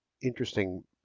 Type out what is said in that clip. interesting